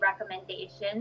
recommendations